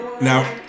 Now